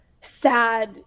sad